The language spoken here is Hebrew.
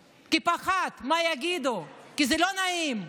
הוא פחד מה יגידו, כי זה לא נעים.